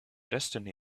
destiny